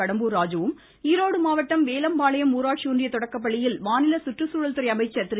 கடம்பூர் ராஜு ம் ஈரோடு மாவட்டம் வேலம்பாளையம் ஊராட்சி ஒன்றிய தொடக்கப்பள்ளியில் மாநில சுற்றுச்சூழல் துறை அமைச்சர் திரு